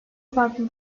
farklı